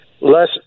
Less